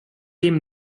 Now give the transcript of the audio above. jim